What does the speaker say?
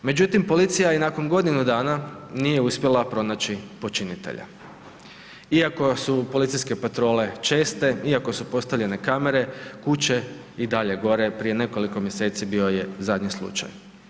Međutim, policija i nakon godinu dana nije uspjela pronaći počinitelja, iako su policijske patrole česte, iako su postavljene kamere, kuće i dalje gore, prije nekoliko mjeseci bio je zadnji slučaj.